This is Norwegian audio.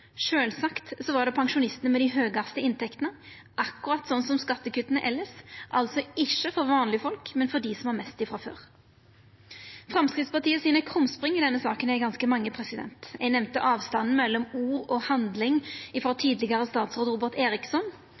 Sjølvsagt var det pensjonistane med dei høgaste inntektene, akkurat som ved skattekutta elles, altså ikkje vanlege folk, men dei som har mest frå før. Krumspringa til Framstegspartiet i denne saka er ganske mange. Eg nemnde avstanden mellom ord og handling hos tidlegare statsråd